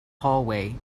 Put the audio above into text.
hallway